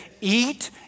eat